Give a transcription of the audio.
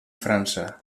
frança